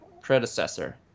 predecessor